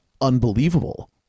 unbelievable